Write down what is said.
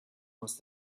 must